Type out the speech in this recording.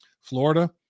Florida